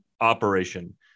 operation